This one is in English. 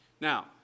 now